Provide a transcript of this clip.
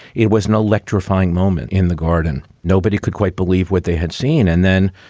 it was an electrifying moment in the garden. nobody could quite believe what they had seen. and then,